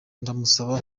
ndamusaba